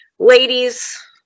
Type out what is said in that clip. Ladies